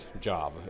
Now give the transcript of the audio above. job